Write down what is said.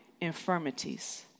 infirmities